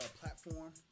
platform